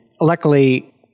luckily